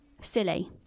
silly